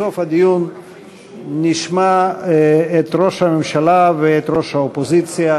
בסוף הדיון נשמע את ראש הממשלה ואת ראש האופוזיציה,